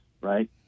right